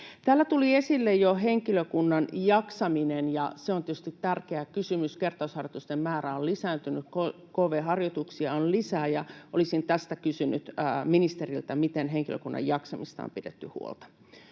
Täällä tuli esille jo henkilökunnan jaksaminen, ja se on tietysti tärkeä kysymys. Kertausharjoitusten määrä on lisääntynyt, kv-harjoituksia on lisää, ja olisin tästä kysynyt ministeriltä: miten henkilökunnan jaksamisesta on pidetty huolta?